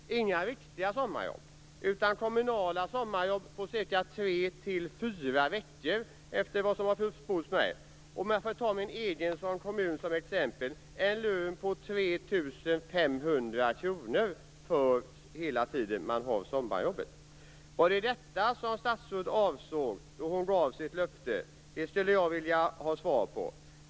Inga riktiga sommarjobb, utan kommunala sommarjobb på 3-4 veckor, efter vad som har försports mig. Om jag får ta min egen kommun som exempel betalas en lön på 3 500 kr för hela den tid man har sommarjobbet. Var det detta som statsrådet avsåg då hon gav sitt löfte? Det skulle jag vilja ha svar på.